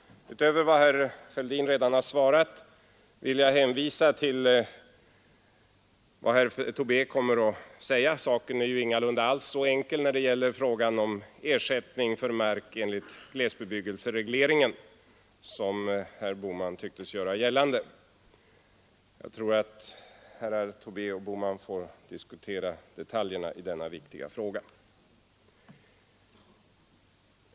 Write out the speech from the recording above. Utöver vad herr Fälldin redan har svarat vill jag hänvisa till vad herr Tobé kommer att säga. När det gäller frågan om ersättning för mark enligt glesbebyggelseregleringen så ir ju saken ingalunda så enkel som herr Bohman tycktes göra gällande. Herrar Tobé och Bohman får väl diskutera detaljerna i denna viktiga fråga.